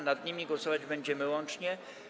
Nad nimi głosować będziemy łącznie.